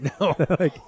No